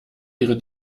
ihre